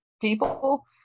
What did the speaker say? people